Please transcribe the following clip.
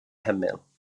hymyl